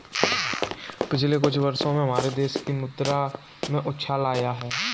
पिछले कुछ वर्षों में हमारे देश की मुद्रा में उछाल आया है